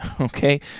okay